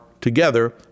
together